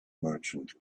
merchant